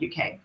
UK